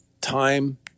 time